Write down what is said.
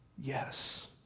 Yes